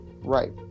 right